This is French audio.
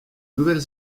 nouvelle